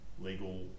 legal